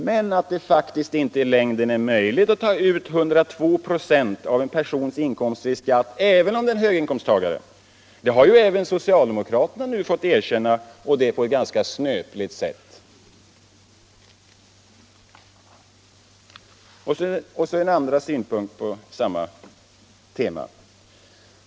Men att det i längden inte är möjligt att ta ut 102 96 av en persons inkomst i skatt även om det är en höginkomsttagare, det har socialdemokraterna till slut fått erkänna på ett ganska snöpligt sätt. En andra synpunkt på samma tema.